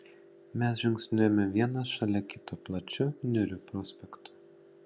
mes žingsniuojame vienas šalia kito plačiu niūriu prospektu